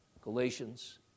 Galatians